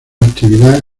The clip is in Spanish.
actividad